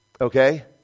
okay